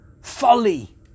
folly